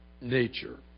nature